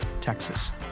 Texas